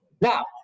now